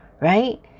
Right